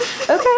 Okay